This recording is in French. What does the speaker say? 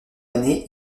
année